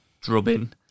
drubbing